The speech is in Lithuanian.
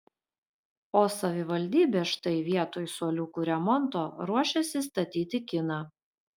o savivaldybė štai vietoj suoliukų remonto ruošiasi statyti kiną